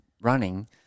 running